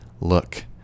Look